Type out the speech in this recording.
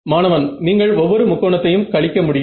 மாணவன் நீங்கள் ஒவ்வொரு முக்கோணத்தையும் கழிக்க முடியும்